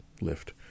lift